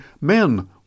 Men